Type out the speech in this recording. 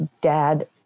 dad